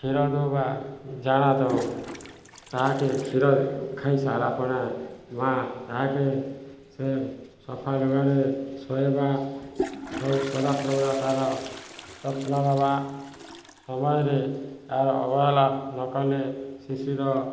କ୍ଷୀର ଦେବା ତାହା କ୍ଷୀର ଖାଇ ସାରିଲାପରେ ମା ଯାହାକି ସେ ସଫା ଜାଗାରେ ଶୋଇବା ସବୁ ସଦାସର୍ବଦା ତାର ଯତ୍ନ ନେବା ସମୟରେ ତାର ଅବହେଳା ନକଲେ ଶିଶୁର